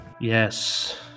Yes